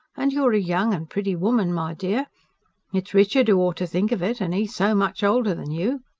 and you're a young and pretty woman, my dear it's richard who ought to think of it, and he so much older than you.